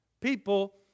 People